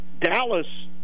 Dallas